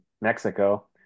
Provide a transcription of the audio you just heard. Mexico